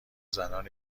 زنان